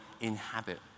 inhabit